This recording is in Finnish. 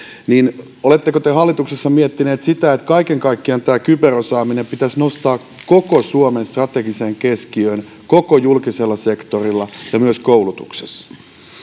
niin oletteko te hallituksessa miettineet sitä että kaiken kaikkiaan tämä kyberosaaminen pitäisi nostaa koko suomen strategiseen keskiöön koko julkisella sektorilla ja myös koulutuksessa